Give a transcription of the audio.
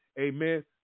amen